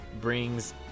Brings